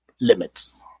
limits